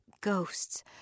ghosts